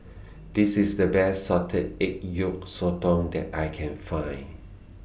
This IS The Best Salted Egg Yolk Sotong that I Can Find